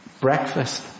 breakfast